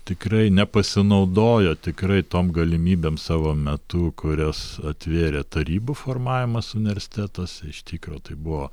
tikrai nepasinaudojo tikrai tom galimybėms savo metu kurias atvėrė tarybų formavimas universitetuose iš tikro tai buvo